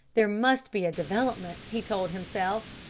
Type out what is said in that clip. there must be a development, he told himself.